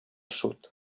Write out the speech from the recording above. sud